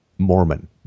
Mormon